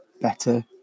better